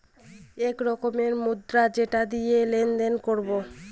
এক রকমের মুদ্রা যেটা দিয়ে লেনদেন করবো